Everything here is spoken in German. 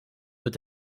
wird